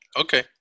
Okay